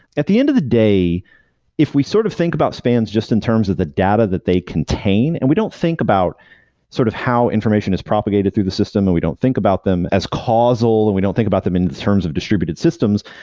at the end of the day if we sort of think about spans just in terms of the data that they contain, and we don't think about sort of how information is propagated through the system and we don't think about them as causal and we don't think about them in terms of distributed systems,